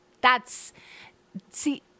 That's—see